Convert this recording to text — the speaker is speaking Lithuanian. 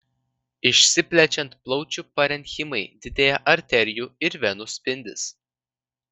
išsiplečiant plaučių parenchimai didėja arterijų ir venų spindis